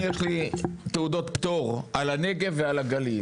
אני יש לי תעודות פטור על הנגב והגליל.